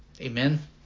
Amen